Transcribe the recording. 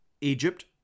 Egypt